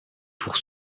pour